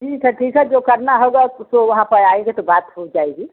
ठीक है ठीक है जो करना होगा सो वहाँ पर आएँगे तो बात हो जाएगी